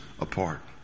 apart